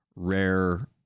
rare